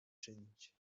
czynić